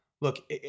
Look